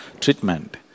treatment